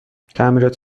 تعمیرات